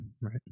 Right